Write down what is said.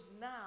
now